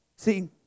See